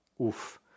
Oof